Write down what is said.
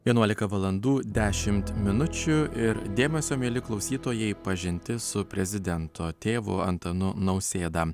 vienuolika valandų dešimt minučių ir dėmesio mieli klausytojai pažintis su prezidento tėvu antanu nausėda